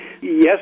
Yes